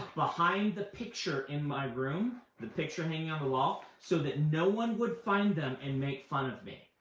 behind the picture in my room, the picture hanging on the wall, so that no one would find them and make fun of me.